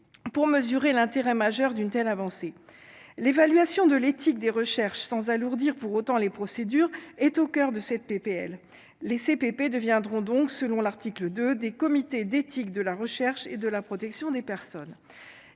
pour mesurer l'intérêt majeur d'une telle avancée : l'évaluation de l'éthique des recherches sans alourdir pour autant les procédures est au coeur de cette PPL les CPP deviendront donc, selon l'article 2 des comités d'éthique de la recherche et de la protection des personnes,